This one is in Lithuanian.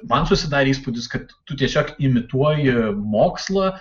man susidarė įspūdis kad tu tiesiog imituoji mokslą